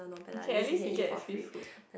okay at least he get free food